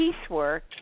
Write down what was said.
piecework